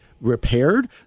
repaired